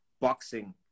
boxing